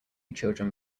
children